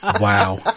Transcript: Wow